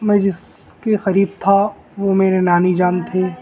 میں جس کے قریب تھا وہ میرے نانی جان تھی